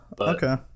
Okay